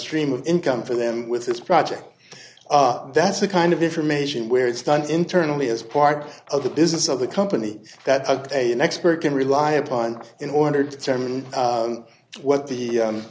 stream of income for them with this project that's the kind of information where it's done internally as part of the business of the company that a an expert can rely upon in order to term what the